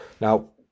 Now